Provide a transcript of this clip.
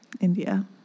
India